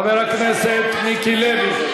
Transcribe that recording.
חבר הכנסת מיקי לוי.